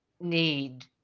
need